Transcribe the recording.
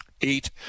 Eight